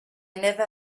never